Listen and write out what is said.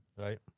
Right